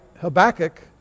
Habakkuk